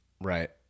Right